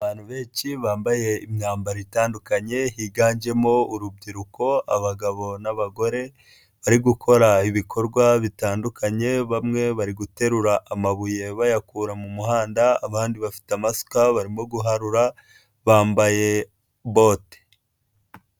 Abantu benshi bambaye imyambaro itandukanye higanjemo urubyiruko abagabo n'abagore bari gukora ibikorwa bitandukanye, bamwe bari guterura amabuye bayakura mu muhanda, abandi bafite amasuka barimo guharura, bambaye bote.